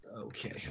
Okay